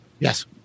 Yes